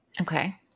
Okay